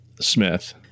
smith